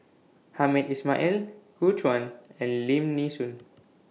Hamed Ismail Gu Juan and Lim Nee Soon